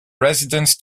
residents